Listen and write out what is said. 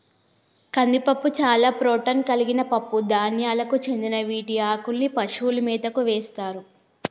కందిపప్పు చాలా ప్రోటాన్ కలిగిన పప్పు ధాన్యాలకు చెందిన వీటి ఆకుల్ని పశువుల మేతకు వేస్తారు